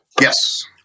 yes